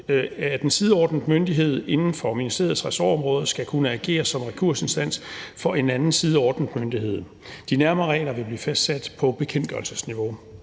at den sideordnede myndighed inden for ministeriets ressortområde skal kunne agere som rekursinstans for en anden sideordnet myndighed. De nærmere regler vil blive fastsat på bekendtgørelsesniveau.